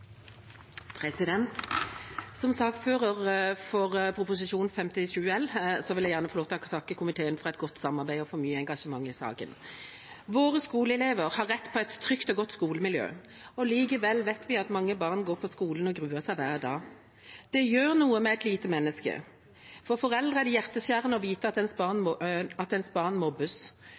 Som saksordfører for Prop. 57 L for 2016–2017 vil jeg gjerne få takke komiteen for et godt arbeid og for mye engasjement i saken. Våre skolelever har rett til et trygt og godt skolemiljø. Likevel vet vi at mange barn går på skolen og gruer seg hver dag. Det gjør noe med et lite menneske. For foreldre er det hjerteskjærende å vite at ens barn mobbes. Som skolepolitikere må